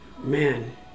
man